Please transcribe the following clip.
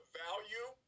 value